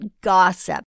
gossip